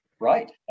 Right